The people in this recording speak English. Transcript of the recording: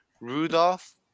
Rudolph